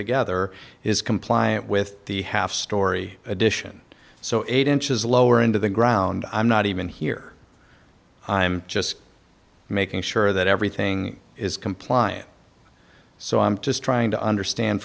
together is compliant with the half story edition so eight inches lower into the ground i'm not even here i'm just making sure that everything is compliant so i'm just trying to understand